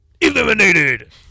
eliminated